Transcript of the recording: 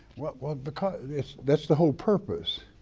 well because that's the whole purpose.